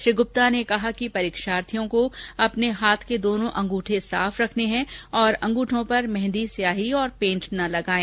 श्री गुप्ता ने कहा कि परीक्षार्थियों को अपने हाथ के दोनों अंगूठे साफ रखने है तथा अंगूठों पर मेहंदी स्याही पेंट रंग न लगायें